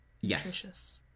yes